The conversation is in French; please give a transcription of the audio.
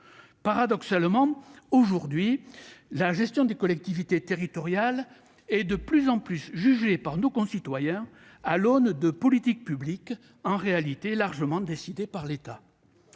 Paradoxalement, la gestion des collectivités territoriales est aujourd'hui de plus en plus jugée par nos concitoyens à l'aune de politiques publiques qui sont, en réalité, largement décidées par l'État.